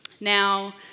Now